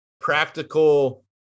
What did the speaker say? practical